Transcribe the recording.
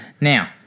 Now